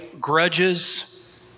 grudges